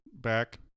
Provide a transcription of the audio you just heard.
back